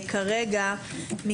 הכנסת.